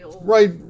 right